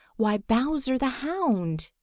why, bowser the hound!